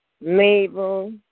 Mabel